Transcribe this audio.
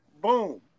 boom